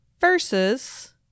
versus